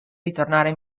ritornare